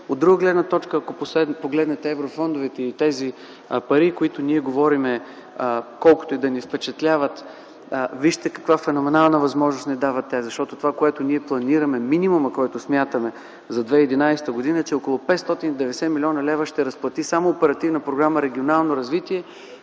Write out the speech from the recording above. От друга гледна точка, ако погледнете в еврофондовете и парите, колкото и да ни впечатляват, вижте каква феноменална възможност ни дават те! Това, което ние планираме – минимумът, който смятаме за 2011 г., е, че около 590 млн. лв. ще разплати само Оперативна програма „Регионално развитие”